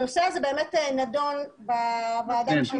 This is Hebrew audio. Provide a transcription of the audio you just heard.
הנושא הזה נדון בוועדה בשנה